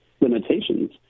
limitations